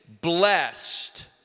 blessed